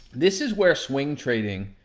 this is where swing trading,